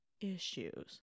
issues